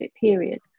period